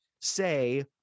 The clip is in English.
say